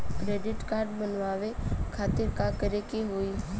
Credit card बनवावे खातिर का करे के होई?